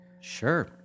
Sure